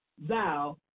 thou